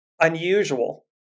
unusual